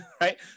right